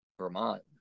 Vermont